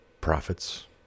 prophets